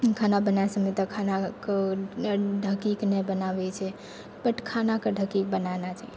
खाना बनाबै समय तऽ खानाके ढकिके नहि बनाबै छै बट खानाके ढकिके बनाना चाहिओ